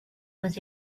was